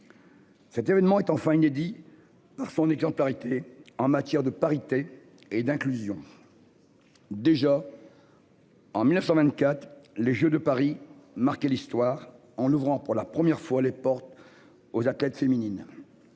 Cet événement est enfin inédit. Par son exemplarité en matière de parité et d'inclusion. Déjà. En 1924 les Jeux de Paris marqué l'histoire en ouvrant pour la première fois les portes. Aux athlètes féminines.